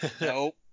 nope